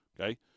Okay